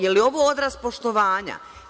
Jel ovo odraz poštovanja?